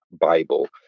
Bible